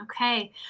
Okay